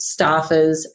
staffers